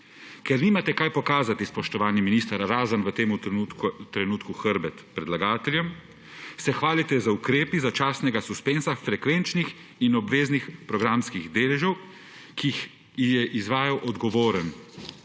Ker nimate česa pokazati, spoštovani minister, razen v tem trenutku hrbet predlagateljem, se hvalite z ukrepi začasnega suspenza frekvenčnih in obveznih programskih deležev, ki jih je izvajal odgovorni.